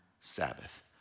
Sabbath